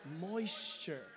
Moisture